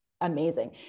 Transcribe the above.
amazing